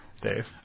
Dave